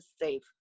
safe